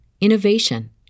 innovation